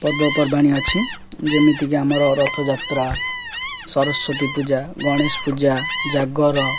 ପର୍ବପର୍ବାଣି ଅଛି ଯେମିତି କି ଆମର ରଥଯାତ୍ରା ସରସ୍ଵତୀ ପୂଜା ଗଣେଶ ପୂଜା ଜାଗର